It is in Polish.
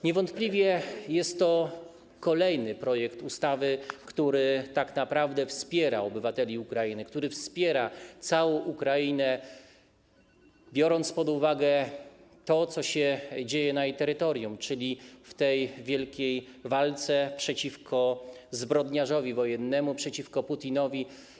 Niewątpliwie jest to kolejny projekt ustawy, który tak naprawdę wspiera obywateli Ukrainy, który wspiera całą Ukrainę, biorąc pod uwagę to, co się dzieje na jej terytorium, czyli w tej wielkiej walce przeciwko zbrodniarzowi wojennemu, przeciwko Putinowi.